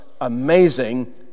amazing